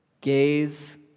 Gaze